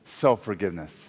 self-forgiveness